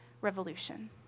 revolution